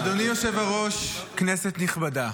"אדוני היושב-ראש, כנסת נכבדה,